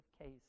case